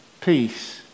peace